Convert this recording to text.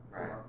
Right